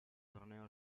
torneo